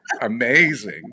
amazing